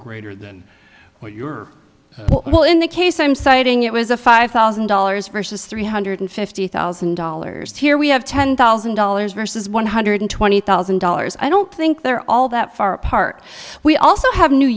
greater than what you're well in the case i'm citing it was a five thousand dollars versus three hundred fifty thousand dollars here we have ten thousand dollars versus one hundred twenty thousand dollars i don't think they're all that far apart we also have new